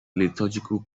liturgical